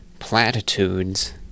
platitudes